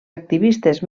activistes